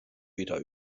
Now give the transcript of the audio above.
weder